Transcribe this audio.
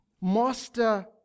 master